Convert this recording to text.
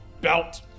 Belt